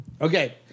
Okay